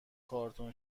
کارتن